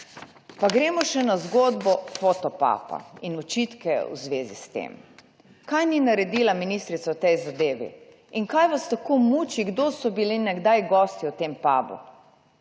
Pa gremo še na zgodbo Fotopuba in očitke v zvezi s tem. Česa ni naredila ministrica v tej zadevi in kaj vas tako muči, kdo so bili nekdaj gostje v tem pubu?